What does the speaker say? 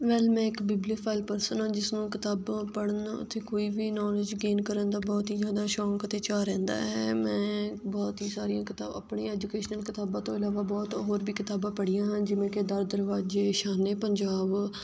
well ਮੈਂ ਇੱਕ bibliophile person ਹਾਂ ਜਿਸਨੂੰ ਕਿਤਾਬਾਂ ਪੜ੍ਹਨਾ ਅਤੇ ਕੋਈ ਵੀ ਨੋਲੇਜ਼ ਗੇਨ ਕਰਨ ਦਾ ਬਹੁਤ ਹੀ ਜ਼ਿਆਦਾ ਸ਼ੌਂਕ ਅਤੇ ਚਾਅ ਰਹਿੰਦਾ ਹੈ ਮੈਂ ਬਹੁਤ ਹੀ ਸਾਰੀਆਂ ਕਿਤਾਬ ਆਪਣੀ ਐਜੂਕੇਸ਼ਨਲ ਕਿਤਾਬਾਂ ਤੋਂ ਇਲਾਵਾ ਬਹੁਤ ਹੋਰ ਵੀ ਕਿਤਾਬਾਂ ਪੜ੍ਹੀਆਂ ਹਨ ਜਿਵੇਂ ਕਿ ਦਰ ਦਰਵਾਜ਼ੇ ਸ਼ਾਨ ਏ ਪੰਜਾਬ